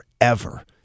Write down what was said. forever